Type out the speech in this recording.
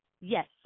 Yes